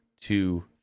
two